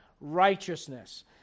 righteousness